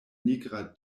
nigra